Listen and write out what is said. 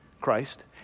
Christ